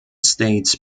states